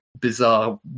bizarre